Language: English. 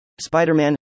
Spider-Man